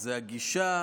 זה הגישה